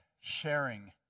sharing